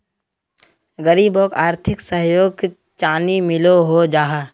गरीबोक आर्थिक सहयोग चानी मिलोहो जाहा?